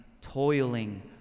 toiling